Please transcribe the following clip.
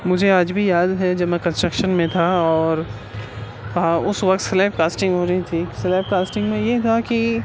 مجھے آج بھی یاد ہے جب میں کنسٹرکشن میں تھا اور ہاں اس وقت سلیب کاسٹنگ ہو رہی تھی سلیب کاسٹنگ میں یہ تھا کہ